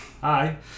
Hi